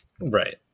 Right